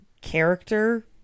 character